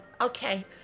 okay